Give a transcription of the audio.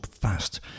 fast